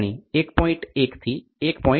1 થી 1